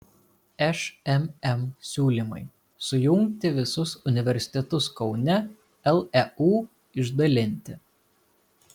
šmm siūlymai sujungti visus universitetus kaune leu išdalinti